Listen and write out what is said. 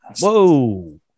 whoa